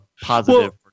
positive